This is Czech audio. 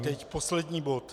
Teď poslední bod.